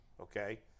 okay